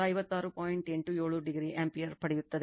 87 ampere ಪಡೆಯುತ್ತದೆ